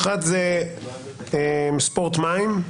האחת היא "ספורט מים".